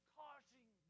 causing